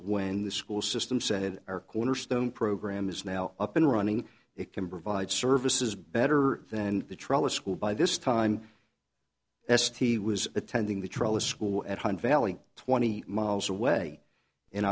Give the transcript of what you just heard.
when the school system said our cornerstone program is now up and running it can provide services better than the trial a school by this time yes he was attending the trial a school at hunt valley twenty miles away in